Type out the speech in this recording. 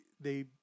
they-